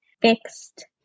fixed